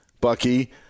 Bucky